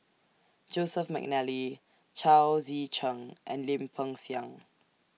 Joseph Mcnally Chao Tzee Cheng and Lim Peng Siang